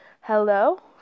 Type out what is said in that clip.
Hello